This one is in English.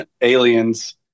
aliens